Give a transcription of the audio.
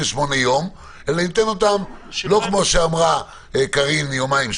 יום אלא ניתן אותם לא כמו שאמרה קארין יומיים,